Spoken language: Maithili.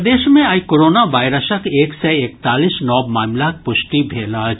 प्रदेश मे आइ कोरोना वायरसक एक सय एकतालीस नव मामिलाक प्रष्टि भेल अछि